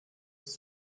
ist